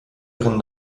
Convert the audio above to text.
ihren